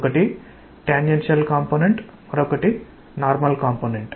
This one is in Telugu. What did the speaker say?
ఒకటి టాంజెన్షియల్ కాంపొనెంట్ మరొకటి నార్మల్ కాంపొనెంట్